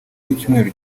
y’icyumweru